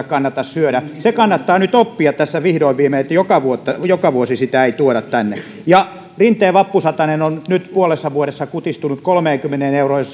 kannata syödä se kannattaa nyt oppia tässä vihdoin viimein että joka vuosi sitä ei tuoda tänne ja rinteen vappusatanen on nyt puolessa vuodessa kutistunut kolmeenkymmeneen euroon jos